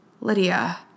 Lydia